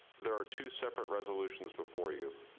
there are two separate resolutions before you.